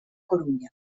corunya